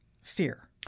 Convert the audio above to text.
fear